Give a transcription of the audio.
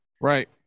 Right